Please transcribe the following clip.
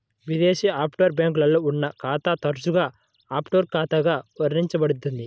విదేశీ ఆఫ్షోర్ బ్యాంక్లో ఉన్న ఖాతా తరచుగా ఆఫ్షోర్ ఖాతాగా వర్ణించబడుతుంది